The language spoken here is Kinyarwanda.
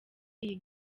iyi